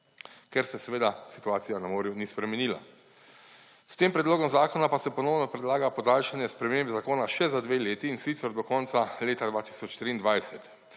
ker se seveda situacija na morju ni spremenila. S tem predlogom zakona pa se ponovno predlaga podaljšanje sprememb zakona še za dve leti, in sicer do konca leta 2023.